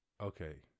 okay